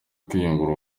kwiyungura